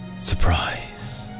Surprise